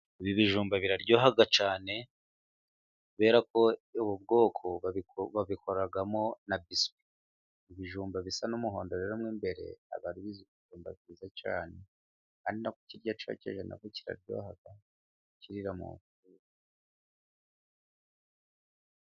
Ibi bijumba biraryoha cyane kubera ko ubu bwoko babikoramo na biswi. Ibijumba bisa n'umuhondo rero mwo imbere, aba ari ibijumba byiza cyane. Ari no kukirya cyokeje na bwo kiraryoha kukirira mu...